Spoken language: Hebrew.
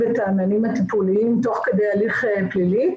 את המענים הטיפוליים תוך כדי הליך פלילי,